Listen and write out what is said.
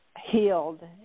healed